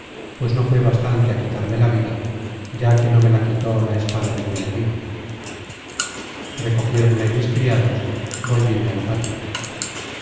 pues no fué bastante á quitarme la vida ya que no me la quitó la espada de mi enemigo recogiéronme mis criados volvíme á la patria